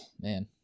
Man